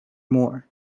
more